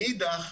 מאידך,